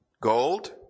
gold